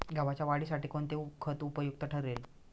गव्हाच्या वाढीसाठी कोणते खत उपयुक्त ठरेल?